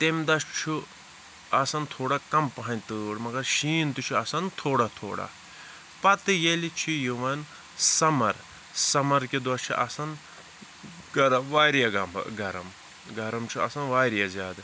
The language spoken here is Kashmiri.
تیٚمہِ دوہ چھُ آسان تھوڑا کَم پَہَم تۭر مَگر شیٖن تہٕ چھُ آسان تھوڑا تھوڑا پَتہِ ییلہِ چھُ یِوان سَمَر سَمَر کہِ دوہ چھُ آسان گَرَم واریاہ گَرَم گَرَم چھُ آسان واریاہ زیادٕ